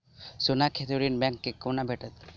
सोनाक हेतु ऋण बैंक सँ केना भेटत?